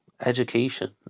education